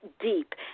deep